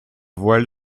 voile